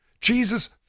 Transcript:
Jesus